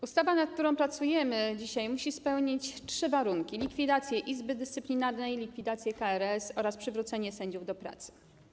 Ustawa, nad którą dzisiaj pracujemy, musi spełnić trzy warunki: likwidację Izby Dyscyplinarnej, likwidację KRS oraz przywrócenie sędziów do pracy.